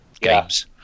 games